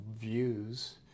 views—